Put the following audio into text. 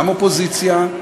גם האופוזיציה,